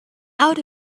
out